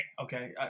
Okay